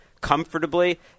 comfortably